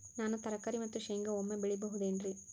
ನಾನು ತರಕಾರಿ ಮತ್ತು ಶೇಂಗಾ ಒಮ್ಮೆ ಬೆಳಿ ಬಹುದೆನರಿ?